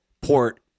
port